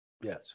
Yes